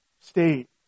state